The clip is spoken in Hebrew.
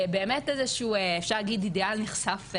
באמת איזשהו אפשר להגיד אידיאל נכסף,